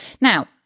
Now